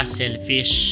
selfish